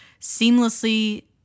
seamlessly